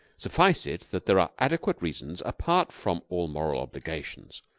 suffice it that there are adequate reasons, apart from all moral obligations,